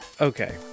okay